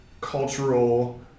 cultural